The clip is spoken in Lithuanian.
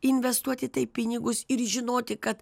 investuoti į tai pinigus ir žinoti kad